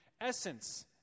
essence